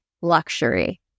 luxury